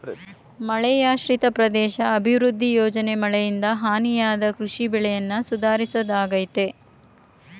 ಮಳೆಯಾಶ್ರಿತ ಪ್ರದೇಶ ಅಭಿವೃದ್ಧಿ ಯೋಜನೆ ಮಳೆಯಿಂದ ಹಾನಿಯಾದ ಕೃಷಿ ಬೆಳೆಯನ್ನ ಸುಧಾರಿಸೋದಾಗಯ್ತೆ